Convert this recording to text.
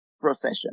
procession